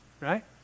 right